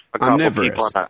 omnivorous